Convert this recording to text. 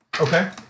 Okay